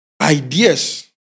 Ideas